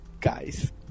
Guys